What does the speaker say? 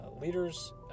leaders